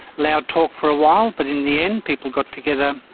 loud talk for a while, but in the end people got together,